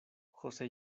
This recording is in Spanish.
josé